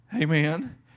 amen